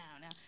now